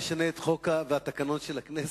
לפני שנשנה את החוק ואת התקנון של הכנסת,